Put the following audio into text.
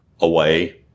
Away